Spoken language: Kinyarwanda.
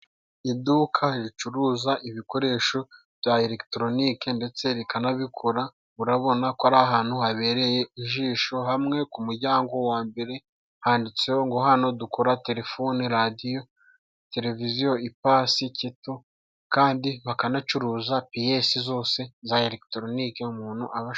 Iduka ricuruza ibikoresho bya eregitoronike ndetse rikanabikora, urabona ko ari ahantu habereye ijisho, hamwe ku muryango wa mbere handitseho ngo hano dukora telefone, radiyo, televiziyo, ipasi, keto, kandi bakanacuruza piyesi zose za eregitoronike umuntu aba ashaka.